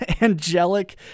angelic